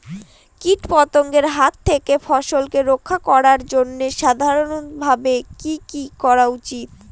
কীটপতঙ্গের হাত থেকে ফসলকে রক্ষা করার জন্য সাধারণভাবে কি কি করা উচিৎ?